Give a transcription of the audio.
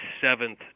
seventh